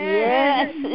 yes